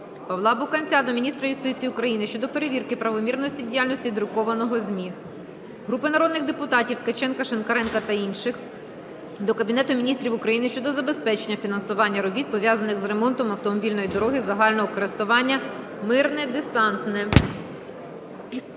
Павла Бакунця до міністра юстиції України щодо перевірки правомірності діяльності друкованого ЗМІ. Групи народних депутатів (Ткаченка, Шинкаренка та інших) до Кабінету Міністрів України щодо забезпечення фінансування робіт пов'язаних з ремонтом автомобільної дороги загального користування Мирне-Десантне.